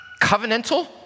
covenantal